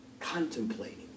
contemplating